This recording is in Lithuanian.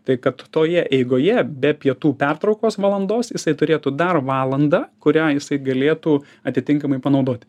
tai kad toje eigoje be pietų pertraukos valandos jisai turėtų dar valandą kurią jisai galėtų atitinkamai panaudot